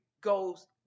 goes